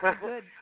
Good